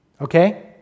Okay